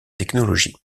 technologies